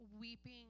weeping